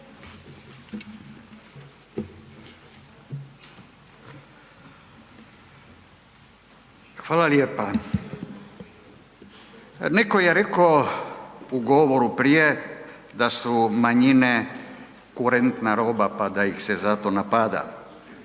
Hvala lijepa. Neko je reko u govoru prije da su manjine kurentna roba pa da ih se zato napada.